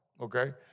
okay